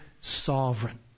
sovereign